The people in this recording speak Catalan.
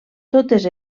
totes